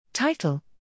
Title